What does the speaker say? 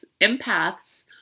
empaths